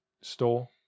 store